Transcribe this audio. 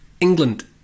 England